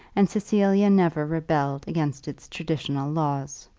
and cecilia never rebelled against its traditional laws.